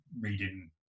reading